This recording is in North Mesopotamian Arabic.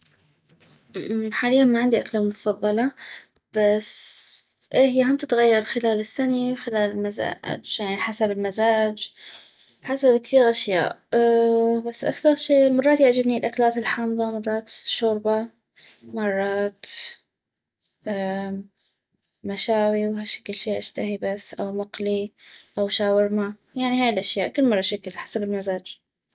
حاليا ما عندي اكلة مفضلة بس اي هي هم تتغير خلال السني خلال المزاج يعني احسب المزاج حسب كثيع اشياء بس أكثغ شي مرات يعجبني الأكلات الحامضة مرات الشوربة مرات مشاوي وهشكل شي اشتهي بس او شي مقلي او شاورما يعني هاي الأشياء كل مرة شكل حسب المزاج